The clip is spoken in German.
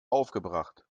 aufgebracht